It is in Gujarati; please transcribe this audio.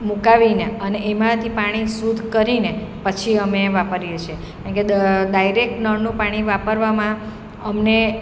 મુકાવીને અને એમાંથી પાણી શુદ્ધ કરીને પછી અમે એ વાપરીએ છીએ કારણ કે ડાયરેક નળનું પાણી વાપરવામાં અમને